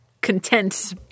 content